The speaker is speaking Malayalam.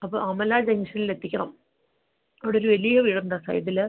അപ്പം അമല ജെഗ്ഷൻൽ എത്തിക്കണം അവിടൊരു വലിയ വീടുണ്ട് ആ സൈഡിൽ